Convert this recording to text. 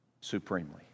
supremely